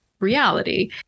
reality